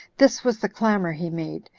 this was the clamor he made,